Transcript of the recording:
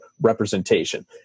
representation